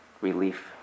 relief